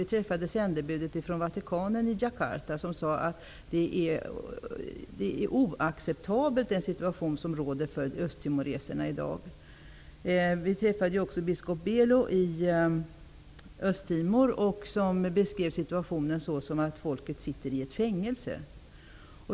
Vi träffade Vatikanens sändebud i Jakarta som sade att den situation som råder för östtimoreserna i dag är oacceptabel. Vi träffade också biskop Belo i Östtimor. Han beskrev situationen som att folket sitter i ett fängelse.